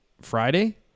friday